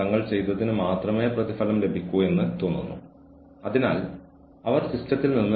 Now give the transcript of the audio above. ഞങ്ങൾ എല്ലാവരും ഞങ്ങളുടെ ഓഫീസുകളിൽ പോകാൻ ഇഷ്ടപ്പെടുന്നു